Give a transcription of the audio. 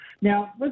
Now